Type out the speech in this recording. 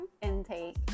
intake